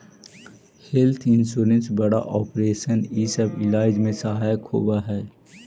health insurance बड़ा operation इ सब इलाज में सहायक होवऽ हई